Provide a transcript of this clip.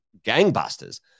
gangbusters